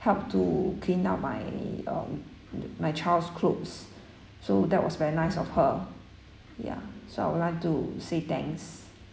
helped to clean up my um my my child's clothes so that was very nice of her ya so I would like to say thanks